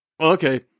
okay